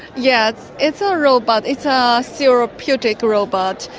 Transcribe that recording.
yeah it's it's a robot, it's a therapeutic robot.